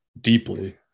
deeply